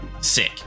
Sick